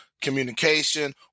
Communication